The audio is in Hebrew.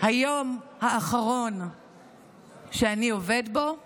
היום האחרון שאני עובד בו הוא